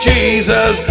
Jesus